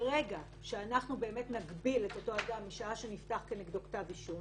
שמרגע שנגביל את אותו אדם משעה שנפתח נגדו כתב אישום